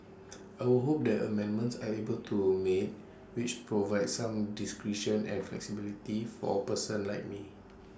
I would hope that amendments are able to be made which provide some discretion and flexibility for persons like me